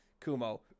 Kumo